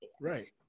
Right